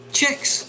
Chicks